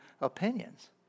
opinions